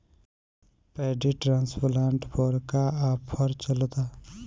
Paddy transplanter पर का offer चलता?